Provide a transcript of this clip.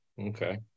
okay